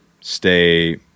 stay